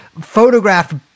photographed